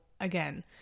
again